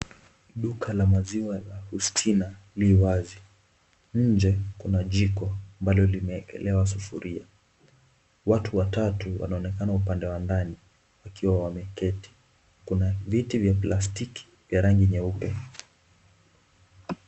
Duka la maziwa la eustina liwazi, nje kuna jiko ambalo limeekelewa sufuria watu watatu wanaonekana upande wa ndani wakiwa wameketi kuna viti vya plastiki vyeupe.